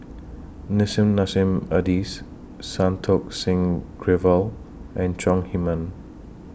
Nissim Nassim Adis Santokh Singh Grewal and Chong Heman